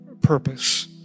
purpose